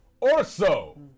Orso